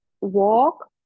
walk